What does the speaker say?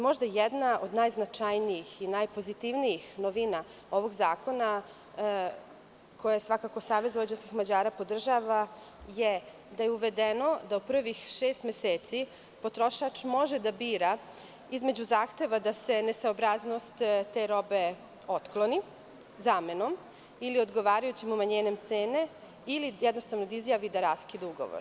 Možda jedna od najznačajnijih i najpozitivnijih novina ovog zakona, koju svakako SM podržava, je da je uvedeno da do prvih šest meseci potrošač može da bira između zahteva da se nesabraznost te robe otkloni zamenom ili odgovarajućim umanjenjem cene ili jednostavno da izjavi da raskida ugovor.